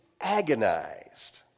agonized